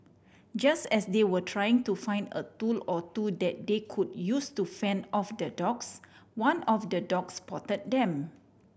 just as they were trying to find a tool or two that they could use to fend off the dogs one of the dogs spot them